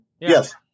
Yes